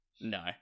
No